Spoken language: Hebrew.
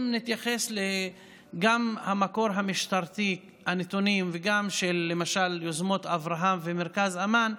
אם נתייחס גם לנתונים מהמקור המשטרתי וגם של יוזמות אברהם ומרכז אמאן,